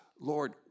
Lord